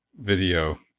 video